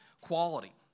quality